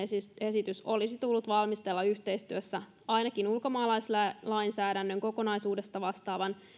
esitys olisi tullut valmistella yhteistyössä ainakin ulkomaalaislainsäädännön kokonaisuudesta vastaavan